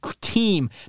team